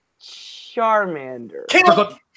Charmander